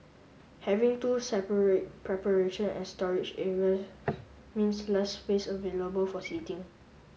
having two separate preparation and storage areas means less space available for seating